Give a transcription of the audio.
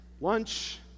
lunch